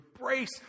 embrace